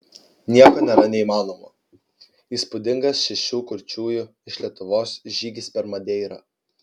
nieko nėra neįmanomo įspūdingas šešių kurčiųjų iš lietuvos žygis per madeirą